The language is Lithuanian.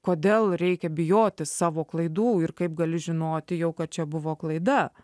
kodėl reikia bijoti savo klaidų ir kaip gali žinoti jau kad čia buvo klaida